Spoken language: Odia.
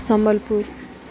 ସମ୍ବଲପୁର